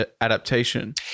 adaptation